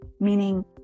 meaning